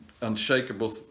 unshakable